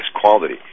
quality